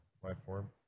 platform